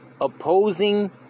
opposing